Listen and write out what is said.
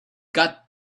got